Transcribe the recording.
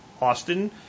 Austin